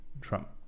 Trump